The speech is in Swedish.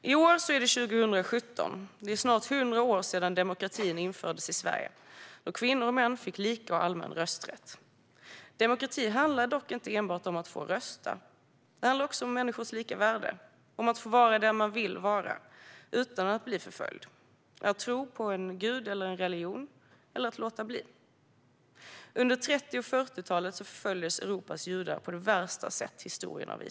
I år, 2017, är det snart hundra år sedan demokratin infördes i Sverige och kvinnor och män fick lika och allmän rösträtt. Demokrati handlar dock inte enbart om att få rösta. Det handlar också om människors lika värde, om att få vara den man vill vara utan att bli förföljd och om att tro på en gud eller en religion eller att låta bli. Under 30 och 40-talen förföljdes Europas judar på det värsta sätt som historien har visat.